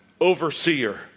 overseer